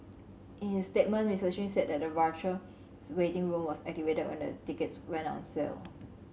in his statement Mister Chin said that the virtual waiting room was activated when the tickets went on sale